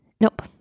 Nope